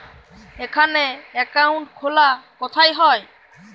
এখানে অ্যাকাউন্ট খোলা কোথায় হয়?